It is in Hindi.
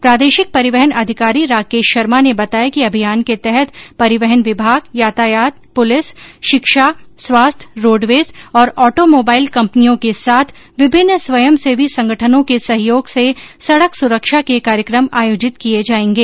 प्रादेशिक परिवहन अधिकारी राकेश शर्मा ने बताया कि अभियान के तहत परिवहन विभाग यातायात पुलिस शिक्षा स्वास्थ्य रोडवेज और ऑटोमोबाईल कंपनियों के साथ विभिन्न स्वयंसेवी संगठनों के सहयोग से सडक सुरक्षा के कार्यक्रम आयोजित किये जायेगे